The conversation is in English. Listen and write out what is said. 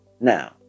Now